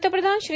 पंतप्रधान श्री